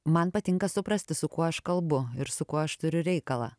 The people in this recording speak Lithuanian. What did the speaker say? man patinka suprasti su kuo aš kalbu ir su kuo aš turiu reikalą